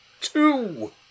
Two